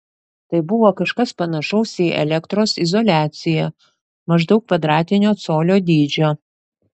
tai buvo kažkas panašaus į elektros izoliaciją maždaug kvadratinio colio dydžio